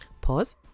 Pause